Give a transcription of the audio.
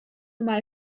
mal